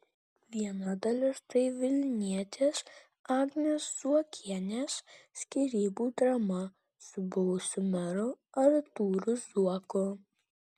viena dalis tai vilnietės agnės zuokienės skyrybų drama su buvusiu meru artūru zuoku